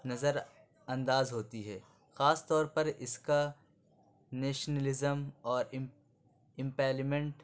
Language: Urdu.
نظر انداز ہوتی ہے خاص طور پر اس کا نیشنلزم اور امپیلیمنٹ